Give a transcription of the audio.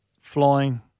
flying